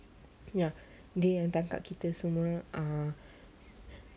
ya dia yang tangkap kita semua ah